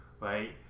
right